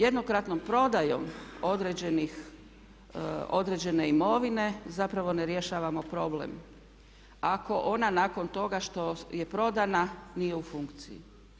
Jednokratnom prodajom određene imovine zapravo ne rješavamo problem ako ona nakon toga što je prodana nije u funkciji.